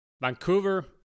Vancouver